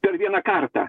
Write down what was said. per vieną kartą